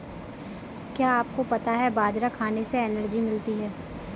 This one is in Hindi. क्या आपको पता है बाजरा खाने से एनर्जी मिलती है?